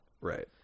right